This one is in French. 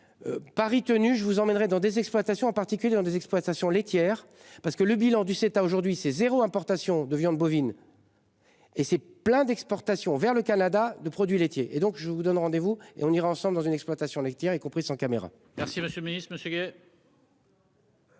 Paris tenu je vous emmènerai dans des exploitations, en particulier dans des exploitations laitières parce que le bilan du sept à aujourd'hui c'est 0 importations de viande bovine. Et c'est plein d'exportation vers le Canada de produits laitiers et donc je vous donne rendez-vous et on ira ensemble dans une exploitation laitière, y compris sans caméra. Merci Monsieur le Ministre, Monsieur.